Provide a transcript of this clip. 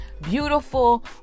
Beautiful